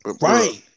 Right